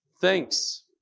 Thanks